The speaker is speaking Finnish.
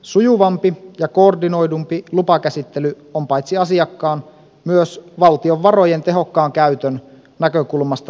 sujuvampi ja koordinoidumpi lupakäsittely on paitsi asiakkaan myös valtion varojen tehokkaan käytön näkökulmasta välttämätöntä